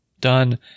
Done